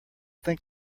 think